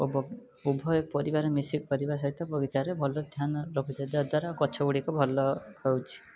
ଉଭୟ ପରିବାର ମିଶି କରିବା ସହିତ ବଗିଚାର ଭଲ ଧ୍ୟାନ ରଖିବାଦ୍ୱାରା ଗଛଗୁଡ଼ିକୁ ଭଲ ରହୁଛି